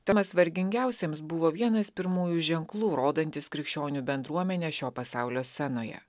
tomas vargingiausiems buvo vienas pirmųjų ženklų rodantis krikščionių bendruomenę šio pasaulio scenoje